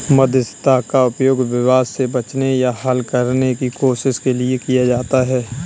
मध्यस्थता का उपयोग विवाद से बचने या हल करने की कोशिश के लिए किया जाता हैं